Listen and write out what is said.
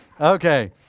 Okay